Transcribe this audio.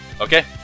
Okay